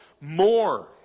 more